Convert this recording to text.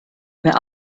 wer